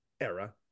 era